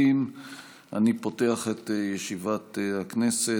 1 ביוני 2020. אני פותח את ישיבת הכנסת.